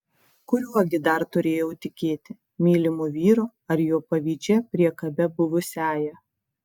kuriuo gi dar turėjau tikėti mylimu vyru ar jo pavydžia priekabia buvusiąja